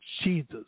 Jesus